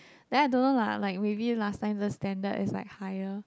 then I dont' know lah like maybe last time the standard is like higher